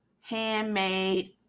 handmade